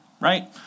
right